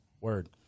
word